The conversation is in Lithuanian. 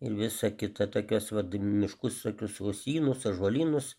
ir visa kita tokiuos vat miškus tokius uosynus ąžuolynus